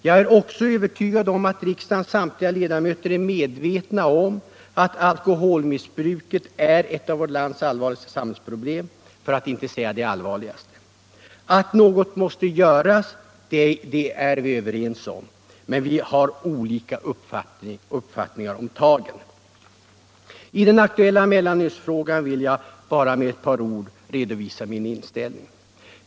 Jag är också övertygad om att riksdagens samtliga ledamöter är medvetna om att alkoholmissbruket är ett av vårt lands allvarligaste samhällsproblem, för att inte säga det allvarligaste. Att något måste göras — det är vi överens om, men vi har olika uppfattningar om ”tagen”. I den aktuella mellanölsfrågan vill jag — bara med ett par ord — redovisa min inställning.